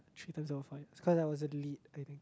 three times over five years cause I wasn't late I think